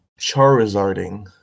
Charizarding